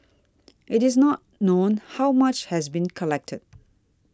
it is not known how much has been collected